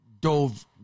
dove